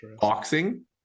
boxing